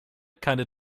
keine